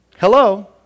Hello